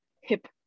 hip